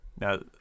now